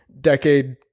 decade